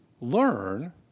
learn